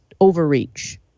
overreach